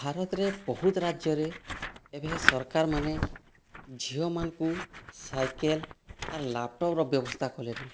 ଭାରତରେ ବହୁତ ରାଜ୍ୟରେ ଏଭେ ସରକାର ମାନେ ଝିଅମାନଙ୍କୁ ସାଇକେଲ ଆର୍ ଲ୍ୟାପଟପ୍ର ବ୍ୟବସ୍ଥା କଲେନୋ